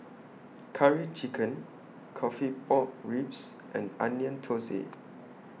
Curry Chicken Coffee Pork Ribs and Onion Thosai